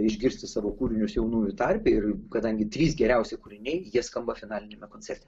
išgirsti savo kūrinius jaunųjų tarpe ir kadangi trys geriausi kūriniai jie skamba finaliniame koncerte